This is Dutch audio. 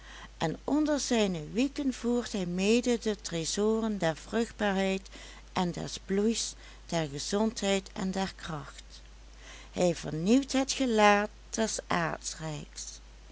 en onder zijne wieken voert hij mede de trezoren der vruchtbaarheid en des bloeis der gezondheid en der kracht hij vernieuwt het gelaat des